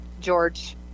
George